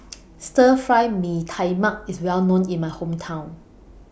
Stir Fry Mee Tai Mak IS Well known in My Hometown